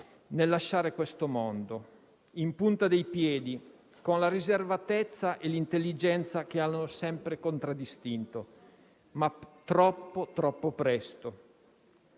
nel lasciare questo mondo, in punta di piedi, con la riservatezza e l'intelligenza che lo hanno sempre contraddistinto, ma davvero troppo presto.